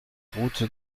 route